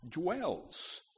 dwells